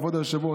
כבוד היושב-ראש.